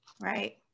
Right